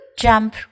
jump